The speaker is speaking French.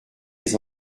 les